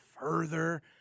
further